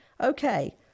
Okay